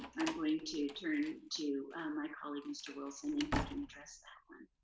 i'm going to turn to my colleague, mr. wilson, and he can address that one.